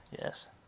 Yes